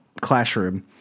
classroom